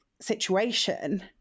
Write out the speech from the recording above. situation